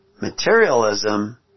Materialism